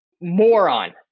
moron